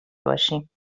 باشیم